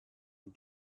and